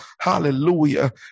hallelujah